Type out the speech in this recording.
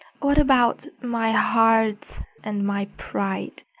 what about my heart and my pride?